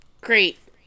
Great